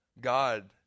God